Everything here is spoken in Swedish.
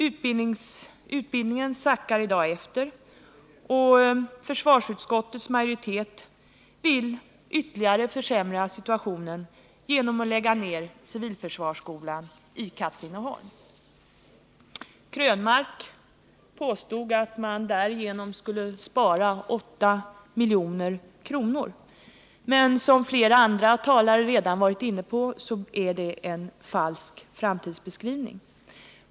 Utbildningen sackar i dag efter, och försvarsutskottets majoritet vill ytterligare försämra situationen genom att lägga ned civilförsvarsskolan i Katrineholm. Eric Krönmark påstod att man därigenom skulle spara 8 milj.kr. Men som flera andra talare redan varit inne på är det en falsk framtidsbeskrivning.